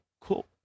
cool